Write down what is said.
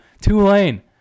Tulane